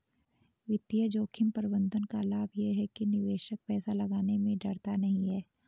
वित्तीय जोखिम प्रबंधन का लाभ ये है कि निवेशक पैसा लगाने में डरता नहीं है